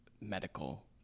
medical